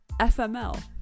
FML